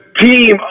team